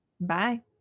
Bye